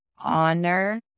honor